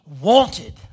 wanted